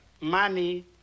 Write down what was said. Money